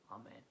Amen